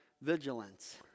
vigilance